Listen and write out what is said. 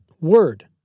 word